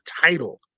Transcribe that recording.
title